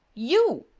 you!